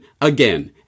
again